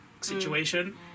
situation